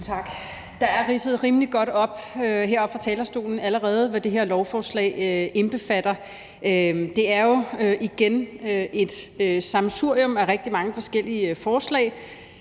tak. Det er rimelig godt ridset op her fra talerstolen allerede, hvad det her lov forslag indbefatter. Det er jo igen et sammensurium af rigtig mange forskellige forslag,